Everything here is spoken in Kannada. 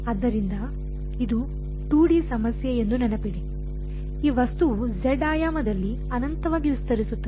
ಆದ್ದರಿಂದ ಇದು 2 ಡಿ ಸಮಸ್ಯೆ ಎಂದು ನೆನಪಿಡಿ ಈ ವಸ್ತುವು Z ಆಯಾಮದಲ್ಲಿ ಅನಂತವಾಗಿ ವಿಸ್ತರಿಸುತ್ತದೆ